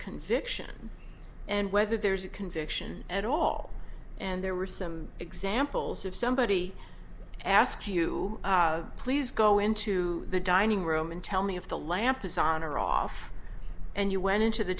conviction and whether there conviction at all and there were some examples of somebody ask you please go into the dining room and tell me if the lamp is on or off and you went into the